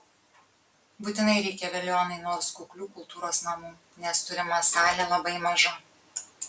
būtinai reikia veliuonai nors kuklių kultūros namų nes turima salė labai maža